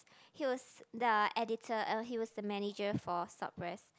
he was the editor uh he was the manager for suppress